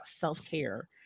self-care